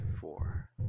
four